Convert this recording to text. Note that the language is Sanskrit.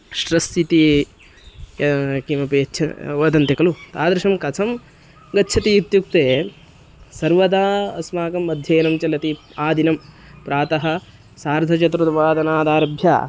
श्ट्रस् इति किमपि इच्छां वदन्ति खलु तादृशं कथं गच्छति इत्युक्ते सर्वदा अस्माकम् अध्ययनं चलति आदिनं प्रातः सार्धचतुर्वादनादारभ्य